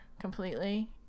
completely